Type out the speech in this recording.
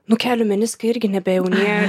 nu kelių meniskai irgi nebejaunėja